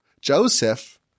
Joseph